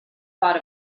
thought